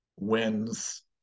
wins